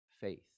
faith